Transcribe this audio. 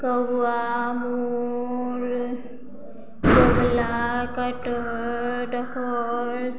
कौआ मोर मोला कटहर डोकर